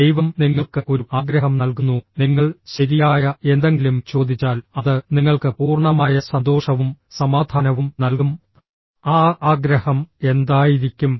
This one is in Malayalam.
ദൈവം നിങ്ങൾക്ക് ഒരു ആഗ്രഹം നൽകുന്നു നിങ്ങൾ ശരിയായ എന്തെങ്കിലും ചോദിച്ചാൽ അത് നിങ്ങൾക്ക് പൂർണ്ണമായ സന്തോഷവും സമാധാനവും നൽകും ആ ആഗ്രഹം എന്തായിരിക്കും